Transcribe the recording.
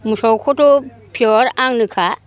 मोसौखौथ' पियर आंनोखा